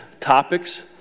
topics